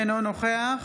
אינו נוכח